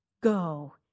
Go